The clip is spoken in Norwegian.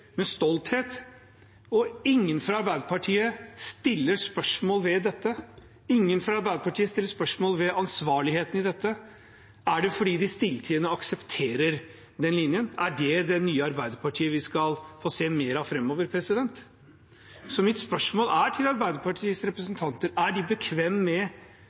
med stolthet – og ingen fra Arbeiderpartiet stiller spørsmål ved dette, ingen fra Arbeiderpartiet stiller spørsmål ved ansvarligheten i dette. Er det fordi de stilltiende aksepterer den linjen, er det det nye Arbeiderpartiet vi skal få se mer av framover? Så mitt spørsmål er til Arbeiderpartiets representanter: Er de bekvemme med